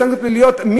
יש סנקציות פליליות,